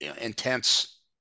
intense